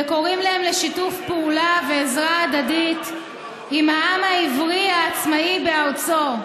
וקוראים להם לשיתוף פעולה ועזרה הדדית עם העם העברי העצמאי בארצו.